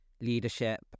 leadership